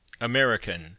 American